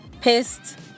pissed